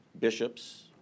Bishop's